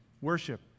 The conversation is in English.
worship